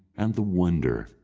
and the wonder,